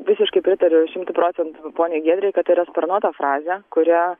visiškai pritariu šimtu procentų poniai giedrei kad tai yra sparnuota frazė kurią